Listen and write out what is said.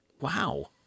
Wow